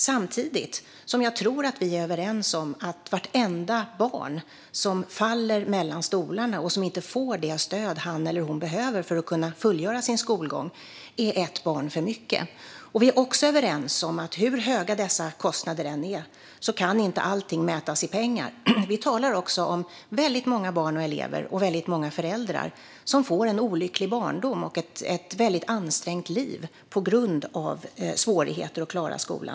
Samtidigt tror jag att vi är överens om att vartenda barn som faller mellan stolarna och inte får det stöd han eller hon behöver för att kunna fullgöra sin skolgång är ett barn för mycket. Vi är också överens om att hur höga dessa kostnader än är kan inte allting mätas i pengar. Vi talar också om väldigt många barn och elever som får en olycklig barndom och ett mycket ansträngt liv på grund av svårigheter att klara skolan.